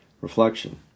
Reflection